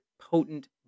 potent